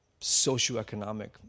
socioeconomic